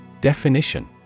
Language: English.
Definition